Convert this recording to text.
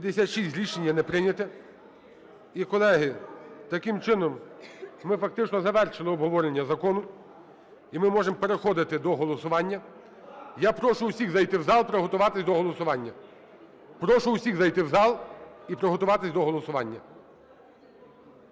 За-56 Рішення не прийняте. І, колеги, таким чином ми фактично завершили обговорення закону. І ми можемо переходити до голосування. Я прошу усіх зайти в зал приготуватись до голосування.